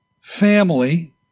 family